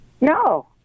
No